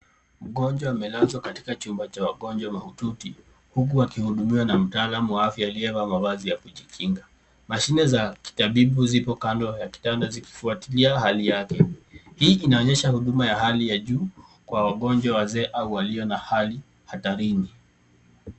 Mgonjwa amelazawa katika chumba cha wagonjwa mahututi huku akihudumiwa na mtaalamu wa afya aliyevaa mavazi ya kujikinga. Mashine za kitabibu zipo kando ya kitanda zikifuatilia hali yake. Hii inaonyesha huduma ya hali ya juu kwa wagonjwa wazee au walio na hali hatarini.